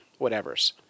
whatevers